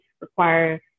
require